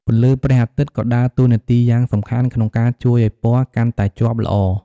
ពន្លឺព្រះអាទិត្យក៏ដើរតួនាទីយ៉ាងសំខាន់ក្នុងការជួយឱ្យពណ៌កាន់តែជាប់ល្អ។